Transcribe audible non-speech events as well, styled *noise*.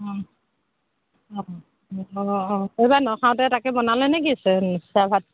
অঁ অঁ অঁ অঁ এইবাৰ ন খাওঁতে তাকে বনালে নেকি *unintelligible* চেৱা ভাত